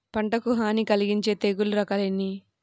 పంటకు హాని కలిగించే తెగుళ్ళ రకాలు ఎన్ని?